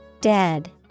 Dead